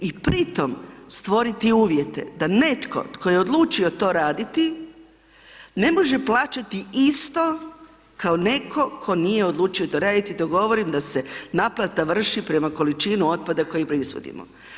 I pri tome stvoriti uvjete da netko tko je odlučio to raditi ne može plaćati isto kao netko to nije odlučio to raditi, to govorim da se naplata vrši prema količini otpada koji proizvodimo.